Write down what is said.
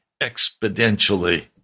exponentially